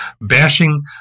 bashing